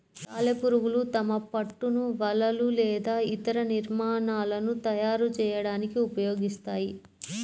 సాలెపురుగులు తమ పట్టును వలలు లేదా ఇతర నిర్మాణాలను తయారు చేయడానికి ఉపయోగిస్తాయి